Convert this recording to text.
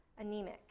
anemic